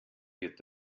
wird